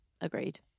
Agreed